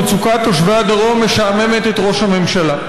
מצוקה משעממת את ראש הממשלה.